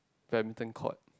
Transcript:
badminton court